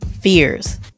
Fears